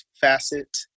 facet